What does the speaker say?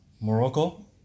Morocco